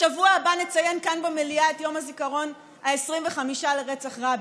בשבוע הבא נציין כאן במליאה את יום הזיכרון ה-25 לרצח רבין.